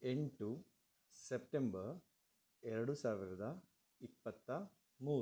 ಎಂಟು ಸೆಪ್ಟೆಂಬರ್ ಎರಡು ಸಾವಿರದ ಇಪ್ಪತ್ತ ಮೂರು